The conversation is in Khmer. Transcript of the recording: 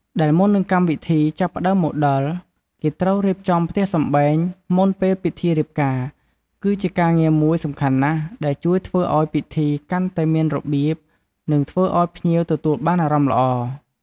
ដែលមុននឹងកម្មវិធីចាប់ផ្ដើមមកដល់គេត្រូវរៀបចំផ្ទះសម្បែងមុនពេលពិធីរៀបការ គឺជាការងារមួយសំខាន់ណាស់ ដែលជួយធ្វើអោយពិធីកាន់តែមានរបៀប និងធ្វើឲ្យភ្ញៀវទទួលបានអារម្មណ៍ល្អ។